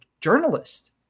journalist